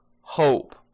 hope